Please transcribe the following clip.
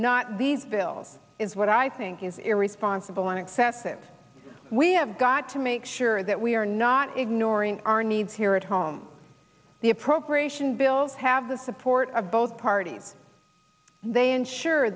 not these bills is what i think is irresponsible and excessive we have got to make sure that we are not ignoring our needs here at home the appropriation bills have the support of both parties they ensure